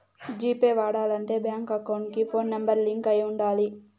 G pay వాడాలంటే bank account కి phone number link అయి ఉండాలి